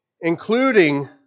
including